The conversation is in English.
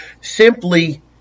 simply